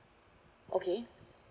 okay